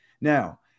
Now